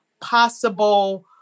possible